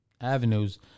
avenues